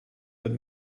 but